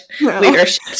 leadership